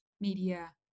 media